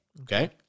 Okay